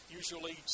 usually